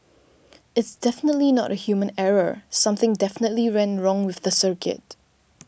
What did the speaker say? it's definitely not a human error something definitely went wrong with the circuit